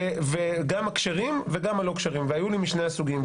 גם הכשרים וגם הלא כשרים, והיו לי משני הסוגים.